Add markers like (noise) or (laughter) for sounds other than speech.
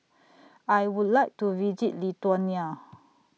(noise) I Would like to visit Lithuania